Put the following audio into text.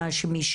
מה זאת אומרת?